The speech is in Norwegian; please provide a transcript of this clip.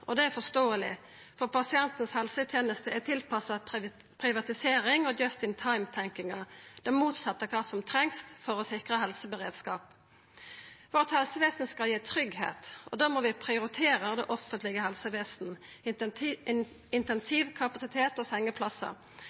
Det er forståeleg, for pasientens helseteneste er tilpassa privatisering og «just-in-time»-tenkinga – det motsette av det ein treng for å sikra helseberedskap. Helsevesenet vårt skal gi tryggleik, og da må vi prioritera det offentlege helsevesenet, intensivkapasitet og sengeplassar. Vi må sikra rekruttering gjennom faste stillingar for helsepersonell, og